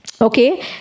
Okay